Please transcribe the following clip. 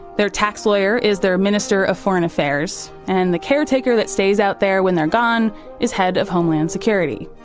their tax lawyer is their minister of foreign affairs and the caretaker that stays out there when they're gone is head of homeland security.